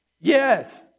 Yes